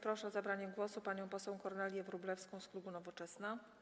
Proszę o zabranie głosu panią poseł Kornelię Wróblewską z klubu Nowoczesna.